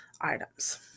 items